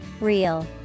Real